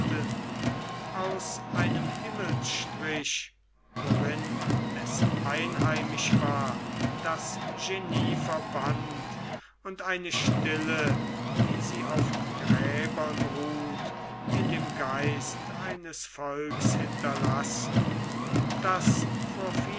aus einem himmelsstrich worin es einheimisch war das genie verbannt und eine stille wie sie auf gräbern ruht in dem geist eines volks hinterlassen das